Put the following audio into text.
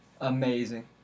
amazing